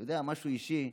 אתה יודע, משהו אישי.